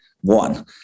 one